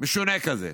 משונה כזה?